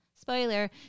spoiler